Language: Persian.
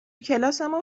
کلاسمون